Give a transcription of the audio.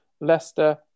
Leicester